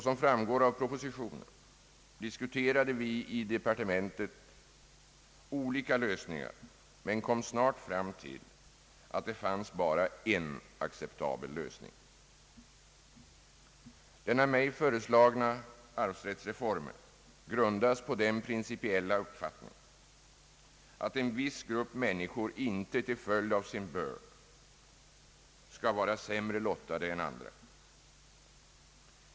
Som framgår av propositionen diskuterade vi i departementet olika lösningar, men vi kom snart fram till att det bara fanns en acceptabel lösning. Den av mig föreslagna arvsrättsreformen grundas på den principiella uppfattningen att en viss grupp människor inte till följd av sin börd skall vara sämre lottade än andra.